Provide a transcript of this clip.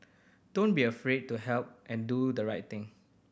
don't be afraid to help and do the right thing